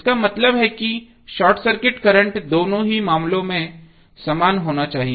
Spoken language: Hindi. इसका मतलब है कि शॉर्ट सर्किट करंट दोनों ही मामलों में समान होना चाहिए